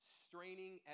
straining